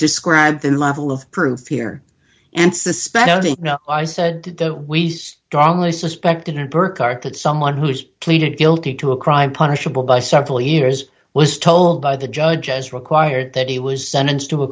describe the level of proof here and suspect only i said that we strongly suspect in her car that someone who's pleaded guilty to a crime punishable by several years was told by the judge as required that he was sentenced to a